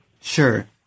Sure